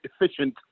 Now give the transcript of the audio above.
efficient